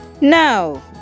Now